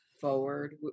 forward